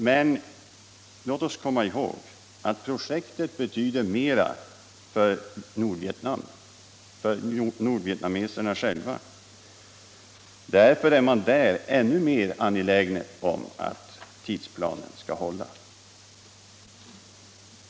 Men låt oss komma ihåg att projektet betyder mera för nordvietnameserna själva. Därför är nordvietnameserna ännu mer angelägna om att tidsplanen skall hålla.